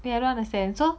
babe I don't understand so